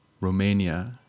Romania